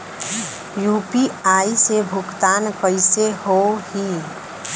UPI से भुगतान कइसे होहीं?